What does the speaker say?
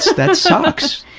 so that sucks.